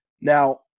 Now